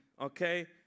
okay